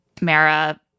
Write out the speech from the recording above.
Mara